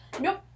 Nope